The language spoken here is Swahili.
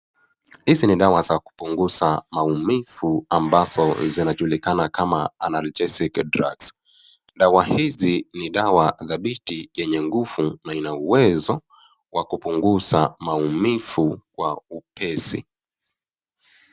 Hizi ni dawa za kupunguza maumivu ambazo zinajulikana kama Analgesic Drugs . Dawa hizi ni dawa dhabiti yenye nguvu na ina uwezo wa kupunguza maumivu kwa upesi.